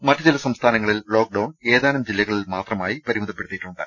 മറ്റ് ചില സ്റ്റംസ്ഥാനങ്ങ ളിൽ ലോക്ക്ഡൌൺ ഏതാനും ജില്ലകളിൽ മാത്രമായി പരിമിതപ്പെടുത്തിയിട്ടുണ്ട്